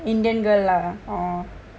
indian girl ah orh